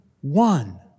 one